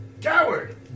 Coward